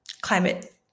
climate